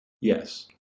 Yes